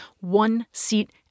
One-seat